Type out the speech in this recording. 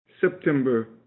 September